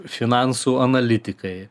finansų analitikai